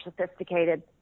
sophisticated